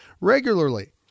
regularly